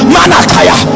Manakaya